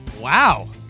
Wow